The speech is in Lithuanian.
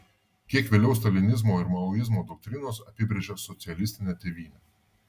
kiek vėliau stalinizmo ir maoizmo doktrinos apibrėžė socialistinę tėvynę